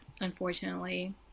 unfortunately